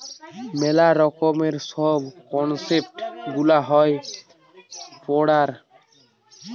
মেলা রকমের সব কনসেপ্ট গুলা হয় পড়ার